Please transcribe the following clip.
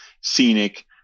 scenic